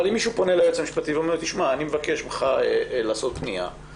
אבל אם מישהו פונה ליועץ המשפטי ומבקש לעשות פנייה,